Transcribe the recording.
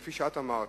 כפי שאת אמרת,